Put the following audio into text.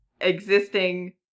existing